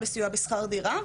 בסיוע לשכר דירה.